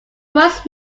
first